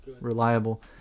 reliable